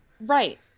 right